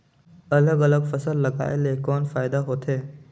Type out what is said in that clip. अलग अलग फसल लगाय ले कौन फायदा होथे?